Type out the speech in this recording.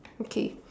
okay